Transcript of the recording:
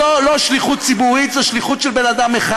זו לא שליחות ציבורית, זה שליחות של בן אדם אחד.